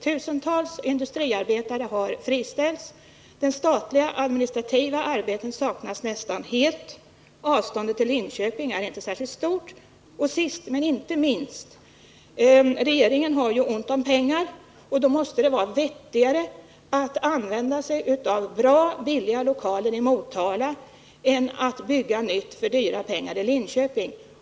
Tusentals industriarbetare har friställts. Administrativa arbeten inom den statliga sektorn saknas nästan helt. Avståndet till Linköping är inte särskilt stort. Sist men inte minst: Regeringen har ont om pengar, och då måste det vara vettigare att använda sig av bra och billiga lokaler i Motala än att bygga nytt i Linköping för stora pengar.